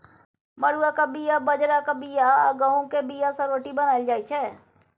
मरुआक बीया, बजराक बीया आ गहुँम केर बीया सँ रोटी बनाएल जाइ छै